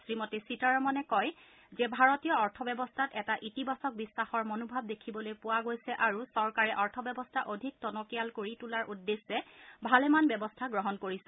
শ্ৰীমতী সীতাৰমণে কয় যে ভাৰতীয় অৰ্থ ব্যৱস্থাত এটা ইতিবাছক বিশ্বাসৰ মনোভাৱ দেখিবলৈ পোৱা গৈছে আৰু চৰকাৰে অৰ্থব্যৱস্থা অধিক টনকীয়াল কৰি তোলাৰ উদ্দেশ্যে ভালেমান ব্যৱস্থা গ্ৰহণ কৰিছে